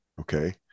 Okay